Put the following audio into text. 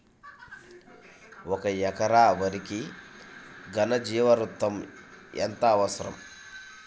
ఒక ఎకరా వరికి ఘన జీవామృతం ఎంత అవసరం?